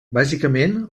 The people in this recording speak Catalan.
bàsicament